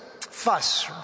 fuss